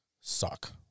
suck